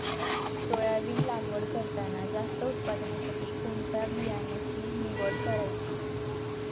Soybean लागवड करताना जास्त उत्पादनासाठी कोणत्या बियाण्याची निवड करायची?